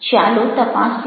ચાલો તપાસીએ